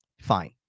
fine